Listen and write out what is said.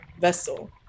vessel